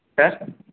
sir